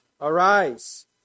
Arise